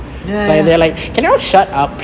ya ya ya